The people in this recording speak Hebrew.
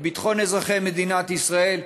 את ביטחון אזרחי מדינת ישראל,